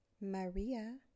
Maria